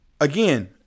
again